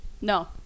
no